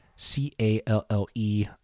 C-A-L-L-E